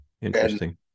Interesting